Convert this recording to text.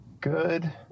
good